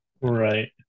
Right